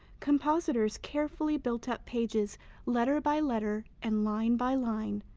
compositors carefully built up pages letter by letter and line by line,